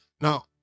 Now